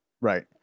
Right